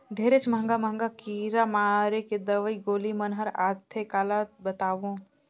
ढेरेच महंगा महंगा कीरा मारे के दवई गोली मन हर आथे काला बतावों